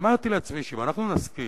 אמרתי לעצמי, שאם אנחנו נשכיל